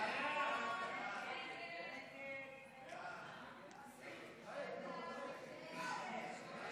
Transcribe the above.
הודעת הממשלה על הקמת המשרד לעניינים אסטרטגיים ועל